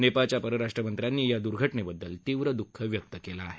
नेपाळच्या परराष्ट्र मंत्र्यांनी या द्र्घटनेबद्दल तीव्र द्ःख व्यक्त केलं आहे